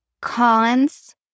Cons